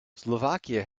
slovakia